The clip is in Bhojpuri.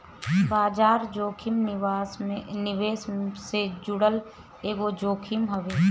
बाजार जोखिम निवेश से जुड़ल एगो जोखिम हवे